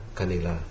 kanila